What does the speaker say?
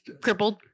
crippled